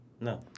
No